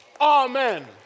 amen